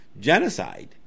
genocide